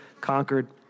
conquered